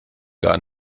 gar